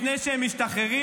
לפני שהם משתחררים,